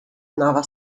nova